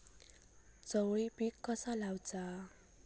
चवळी पीक कसा लावचा?